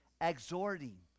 Exhorting